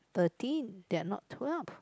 thirteen there're not twelve